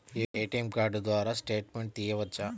ATM card ద్వారా statement తీయవచ్చా?